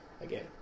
again